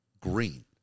green